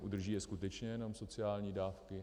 Udrží je skutečně jenom sociální dávky?